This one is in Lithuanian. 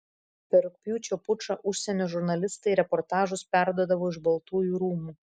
per rugpjūčio pučą užsienio žurnalistai reportažus perduodavo iš baltųjų rūmų